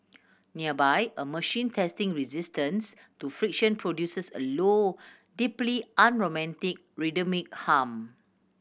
nearby a machine testing resistance to friction produces a low deeply unromantic rhythmic hum